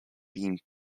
being